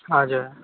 हजुर